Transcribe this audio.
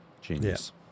Genius